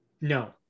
no